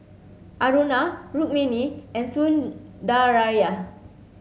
Aruna Rukmini and Sundaraiah